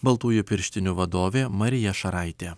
baltųjų pirštinių vadovė marija šaraitė